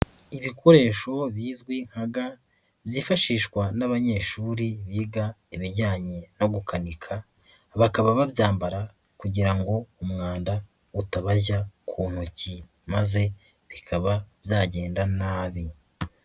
Ibikoresho bizwi nka ga, byifashishwa n'abanyeshuri biga ibijyanye no gukanika, bakaba babyambara kugira ngo umwanda utabajya ku ntoki, maze bikaba byagenda nabi.